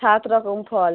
সাত রকম ফল